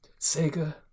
Sega